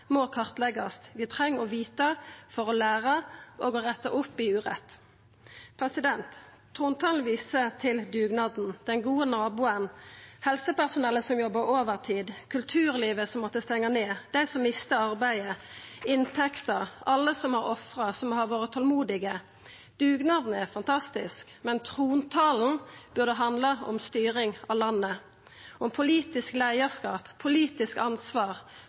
må kartleggjast. Vi treng å vita for å læra og for å retta opp i urett. Trontalen viser til dugnaden: den gode naboen, helsepersonellet som jobbar overtid, kulturlivet som måtte stengja ned, dei som mista arbeidet og inntekta, alle som har ofra og vore tolmodige. Dugnaden er fantastisk, men trontalen burde ha handla om styring av landet, om politisk leiarskap, politisk ansvar,